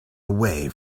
away